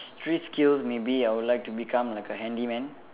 three skills maybe I would like to become like a handyman